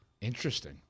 Interesting